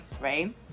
right